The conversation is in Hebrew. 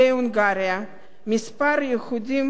מספר היהודים הגבוה ביותר